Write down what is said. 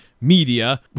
media